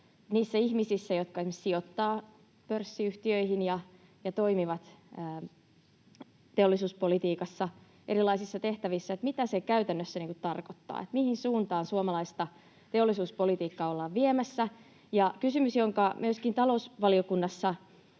niissä ihmisissä, jotka esimerkiksi sijoittavat pörssiyhtiöihin ja toimivat teollisuuspolitiikassa erilaisissa tehtävissä: Mitä se käytännössä tarkoittaa? Mihin suuntaan suomalaista teollisuuspolitiikkaa ollaan viemässä? Ja on kysymys, joka myöskin talousvaliokunnassa